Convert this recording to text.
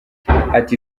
ati